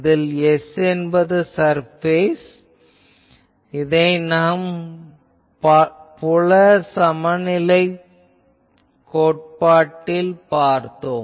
இதில் S என்பது surface இதை நாம் புல சமநிலைக் கோட்பாட்டில் பார்த்தோம்